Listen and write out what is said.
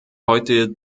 heute